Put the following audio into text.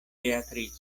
beatrico